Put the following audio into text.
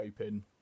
Open